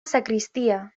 sacristía